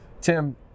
Tim